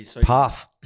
path